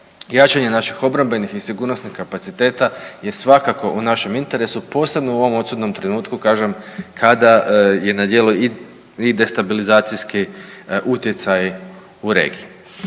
jačanje naših obrambenih i sigurnosnih kapaciteta je svakako u našem interesu, posebno u ovom odsutnom trenutku kažem kada je na djelu i destabilizacijski utjecaj u regiji.